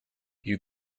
you